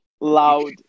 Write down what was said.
loud